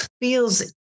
feels